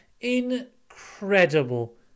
Incredible